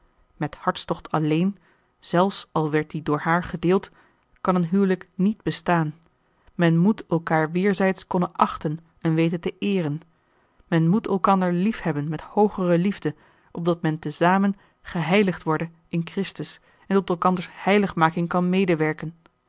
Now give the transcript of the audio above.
met hartstocht alleen zelfs al werd die door haar gedeeld kan een hijlik niet bestaan men moet elkaâr weêrzijds konnen achten en weten te eeren men moet elkander liefhebben met hoogere liefde opdat men te zamen geheiligd worde in christus en tot elkanders heiligmaking kan medewerken